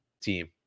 team